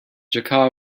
jaka